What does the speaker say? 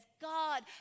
God